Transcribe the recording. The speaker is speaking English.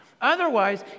Otherwise